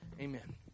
Amen